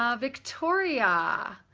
ah victoria,